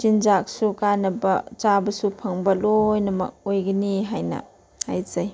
ꯆꯤꯟꯖꯥꯛꯁꯨ ꯀꯥꯟꯅꯕ ꯆꯥꯕꯁꯨ ꯐꯪꯕ ꯂꯣꯏꯅꯃꯛ ꯑꯣꯏꯒꯅꯤ ꯍꯥꯏꯅ ꯍꯥꯏꯖꯩ